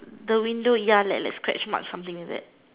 the window ya like like scratch mark something like that